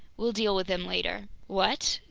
we'll deal with them later. what!